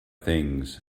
things